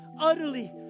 utterly